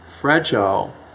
fragile